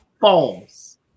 false